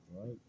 right